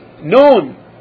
known